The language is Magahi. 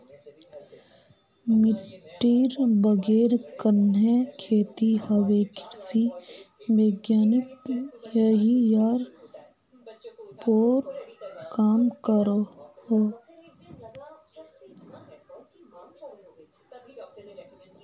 मिटटीर बगैर कन्हे खेती होबे कृषि वैज्ञानिक यहिरार पोर काम करोह